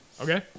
Okay